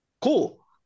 cool